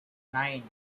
nine